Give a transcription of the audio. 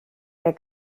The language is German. der